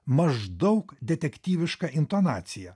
maždaug detektyvišką intonaciją